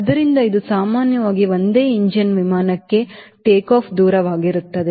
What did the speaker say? ಆದ್ದರಿಂದ ಇದು ಸಾಮಾನ್ಯವಾಗಿ ಒಂದೇ ಎಂಜಿನ್ ವಿಮಾನಕ್ಕೆ ಟೇಕ್ ಆಫ್ ದೂರವಾಗಿರುತ್ತದೆ